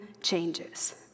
changes